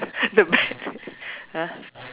the be~ !huh!